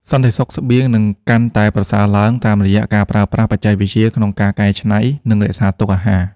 សន្តិសុខស្បៀងនឹងកាន់តែប្រសើរឡើងតាមរយៈការប្រើប្រាស់បច្ចេកវិទ្យាក្នុងការកែច្នៃ និងរក្សាទុកអាហារ។